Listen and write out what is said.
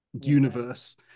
universe